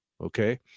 okay